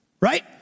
right